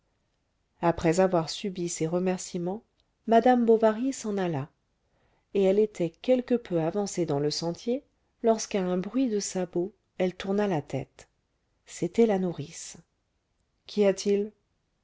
après avoir subi ses remerciements madame bovary s'en alla et elle était quelque peu avancée dans le sentier lorsqu'à un bruit de sabots elle tourna la tête c'était la nourrice qu'y a-t-il